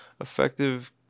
effective